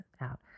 out